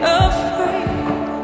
afraid